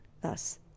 thus